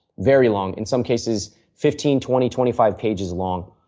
very long. in some cases, fifteen, twenty, twenty five pages long.